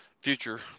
future